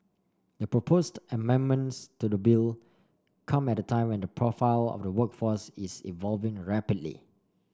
the proposed amendments to the bill come at a time when the profile of the workforce is evolving rapidly